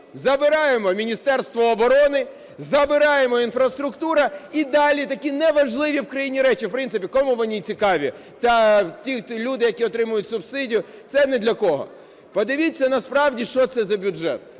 забираємо Міністерство оборони, забираємо інфраструктуру і далі таки неважливі в країні речі, в принципі, кому вони цікаві, та ті люди, які отримують субсидію, це не для кого. Подивіться насправді, що це за бюджет.